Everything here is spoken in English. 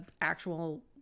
actual